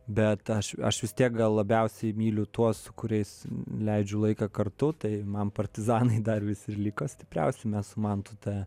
bet aš aš vis tiek gal labiausiai myliu tuos su kuriais leidžiu laiką kartu tai man partizanai dar vis ir liko stipriausi mes su mantu tą